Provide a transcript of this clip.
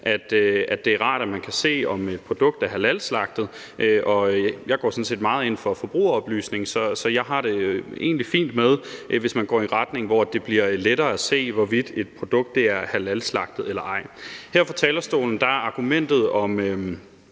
at det er rart, at man kan se, om et produkt er halalslagtet. Og da jeg sådan set går meget ind for forbrugeroplysning, har jeg det egentlig fint med, at man går i en retning, hvor det bliver lettere at se, hvorvidt et produkt er halalslagtet eller ej. Her fra talerstolen er argumentet om